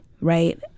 right